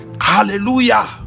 hallelujah